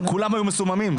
כולם היו מסוממים,